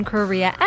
Korea